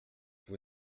vous